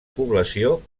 població